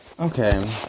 Okay